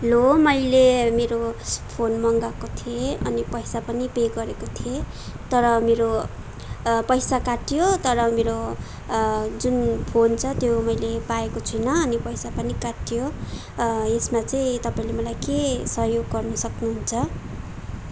hello मैले मेरो phone मगाएको थिएँ अनि पैसा पनि पे गरेको थिएँ तर मेरो पैसा काट्यो तर मेरो जुन फोन छ त्यो मैले पाएको छुइनँ अनि पैसा पनि काट्यो यसमा चाहिँ तपाईँले मलाई के सहयोग गर्नु सक्नुहुन्छ